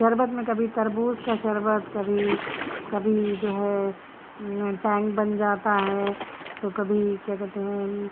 شربت میں کبھی تربوز کا شربت کبھی کبھی جو ہے ٹینک بن جاتا ہے تو کبھی کیا کہتے ہیں